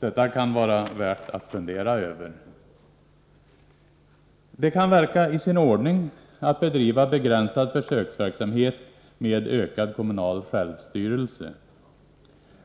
Detta kan vara värt att fundera över. Att bedriva begränsad försöksverksamhet med ökad kommunal självstyrelse kan synas vara i sin ordning.